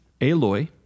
Aloy